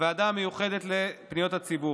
הוועדה המיוחדת לפניות הציבור.